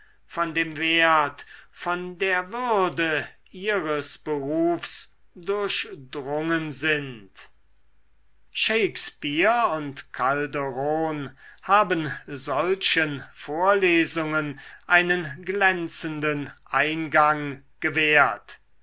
von dem wert von der würde ihres berufs durchdrungen sind shakespeare und calderon haben solchen vorlesungen einen glänzenden eingang gewährt